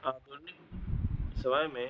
अपने समय में